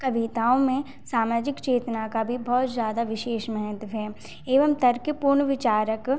कविताओं में सामाजिक चेतना का भी बहुत ज़्यादा विशेष महत्व है एवं तर्कपूर्ण विचार